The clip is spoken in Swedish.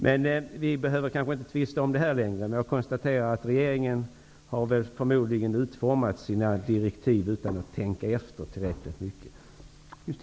Vi behöver kanske inte tvista om det här längre, men jag konstaterar att regeringen förmodligen har utformat sina direktiv utan att tänka efter tillräckligt mycket.